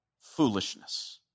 foolishness